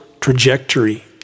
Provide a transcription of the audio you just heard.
trajectory